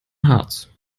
harz